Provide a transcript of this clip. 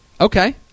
Okay